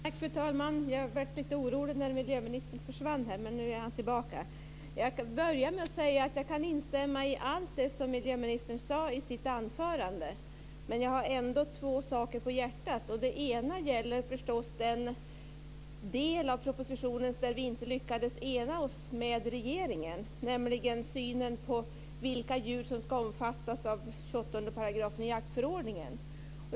Fru talman! Jag blev lite orolig när miljöministern försvann, men nu är han tillbaka. Jag ska börja med att säga att jag kan instämma i allt det som miljöministern sade i sitt anförande. Men jag har ändå två saker på hjärtat. Det ena gäller förstås den del av propositionen där vi inte lyckades enas med regeringen, nämligen synen på vilka djur som ska omfattas av 28 § i jaktförordningen.